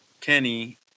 Kenny